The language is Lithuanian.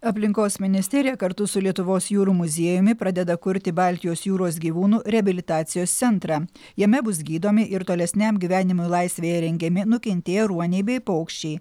aplinkos ministerija kartu su lietuvos jūrų muziejumi pradeda kurti baltijos jūros gyvūnų reabilitacijos centrą jame bus gydomi ir tolesniam gyvenimui laisvėje rengiami nukentėję ruoniai bei paukščiai